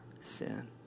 sin